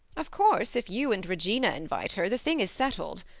of course if you and regina invite her the thing is settled.